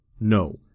No